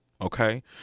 Okay